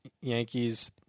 Yankees